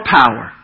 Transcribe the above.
power